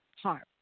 harm